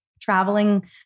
traveling